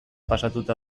pasatuta